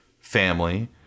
family